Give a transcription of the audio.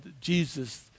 Jesus